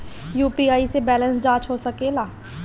UPI से balance जाँच हो सके ला?